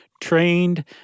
trained